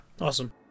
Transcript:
Awesome